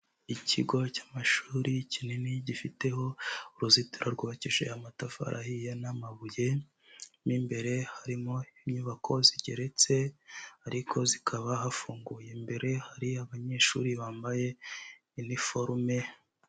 Ikigo cy'amashuri kinini, gifiteho uruzitiro rwubakishije amatafari ahiye n'amabuye. Mo imbere harimo inyubako zigeretse, ariko zikaba hafunguye. Imbere hari abanyeshuri bambaye iniforume.